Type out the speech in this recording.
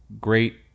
great